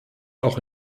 auch